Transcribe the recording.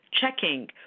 checking